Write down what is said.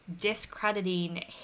discrediting